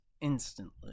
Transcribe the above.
instantly